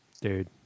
Dude